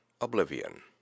oblivion